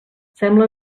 sembla